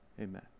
Amen